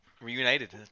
Reunited